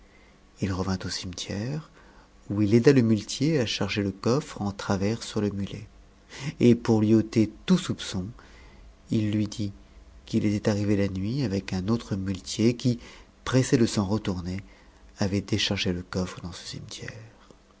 h revint au cimetière où il aida le muletier à charger le coffre travers sur le mulet et pour lui ôter tout soupçon i lui dit qu'it était arrivé la nuit avec un autre muletier qui pressé de s'en retourner avait déchargé le coffre dans ce cimetière